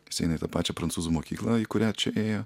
jis eina į tą pačią prancūzų mokyklą į kurią čia ėjo